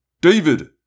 David